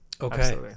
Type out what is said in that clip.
Okay